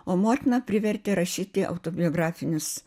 o motina privertė rašyti autobiografinius